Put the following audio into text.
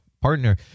partner